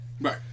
Right